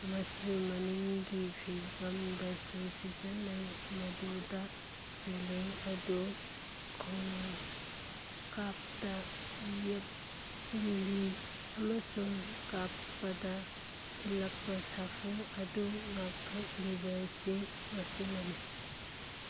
ꯃꯁꯤ ꯃꯅꯤꯡꯒꯤ ꯐꯤꯕꯝꯗꯁꯨ ꯁꯤꯖꯤꯟꯅꯩ ꯃꯗꯨꯗ ꯁꯤꯂꯤꯡ ꯑꯗꯨ ꯈꯣꯡꯀꯥꯞꯇ ꯌꯦꯠꯁꯤꯜꯂꯤ ꯑꯃꯁꯨꯡ ꯀꯥꯞꯄꯗ ꯏꯜꯂꯛꯄ ꯁꯥꯐꯨ ꯑꯗꯨ ꯉꯥꯛꯊꯣꯛꯂꯤꯕꯁꯤ ꯃꯁꯤꯅꯅꯤ